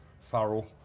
Farrell